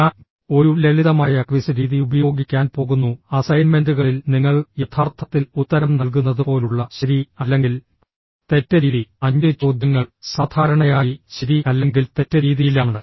ഞാൻ ഒരു ലളിതമായ ക്വിസ് രീതി ഉപയോഗിക്കാൻ പോകുന്നു അസൈൻമെന്റുകളിൽ നിങ്ങൾ യഥാർത്ഥത്തിൽ ഉത്തരം നൽകുന്നതുപോലുള്ള ശരി അല്ലെങ്കിൽ തെറ്റ് രീതി അഞ്ച് ചോദ്യങ്ങൾ സാധാരണയായി ശരി അല്ലെങ്കിൽ തെറ്റ് രീതിയിലാണ്